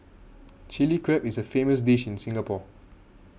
Chilli Crab is a famous dish in Singapore